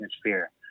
atmosphere